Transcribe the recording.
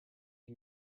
you